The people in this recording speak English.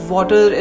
Water